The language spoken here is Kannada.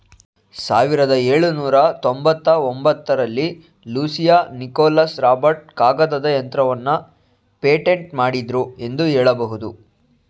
ಸಾವಿರದ ಎಳುನೂರ ತೊಂಬತ್ತಒಂಬತ್ತ ರಲ್ಲಿ ಲೂಸಿಯಾ ನಿಕೋಲಸ್ ರಾಬರ್ಟ್ ಕಾಗದದ ಯಂತ್ರವನ್ನ ಪೇಟೆಂಟ್ ಮಾಡಿದ್ರು ಎಂದು ಹೇಳಬಹುದು